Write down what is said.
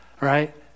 right